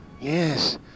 Yes